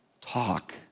talk